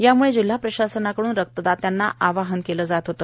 त्यामुळे जिल्हा प्रशासनाकडून रक्तदात्यांना आवाहन केले जात होते